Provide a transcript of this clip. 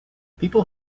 people